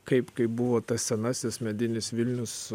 kaip kaip buvo tas senasis medinis vilnius